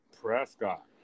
Prescott